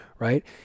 right